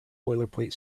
boilerplate